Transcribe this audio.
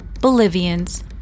Bolivians